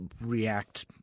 react –